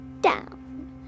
down